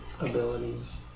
abilities